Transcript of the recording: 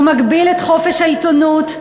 הוא מגביל את חופש העיתונות.